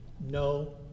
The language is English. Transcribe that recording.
no